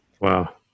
Wow